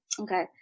Okay